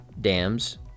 dams